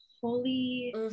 holy